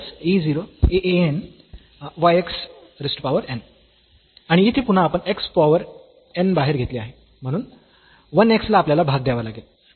आणि येथे पुन्हा आपण x पॉवर n बाहेर घेतले आहे म्हणून 1 x ला आपल्याला भाग द्यावा लागेल